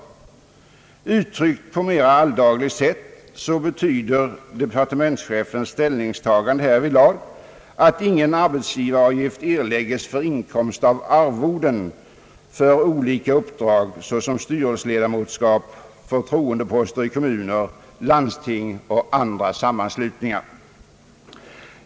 Uttryckt på ett mera alldagligt sätt betyder departementschefens ställningstagande härvidlag, att ingen arbetsgivaravgift skall erläggas för inkomst av arvoden för olika uppdrag såsom styrelseledamotskap, förtroendeposter i kommuner, landsting och andra sammanslutningar.